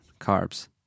carbs